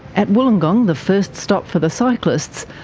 at wollongong, the first stop for the cyclists,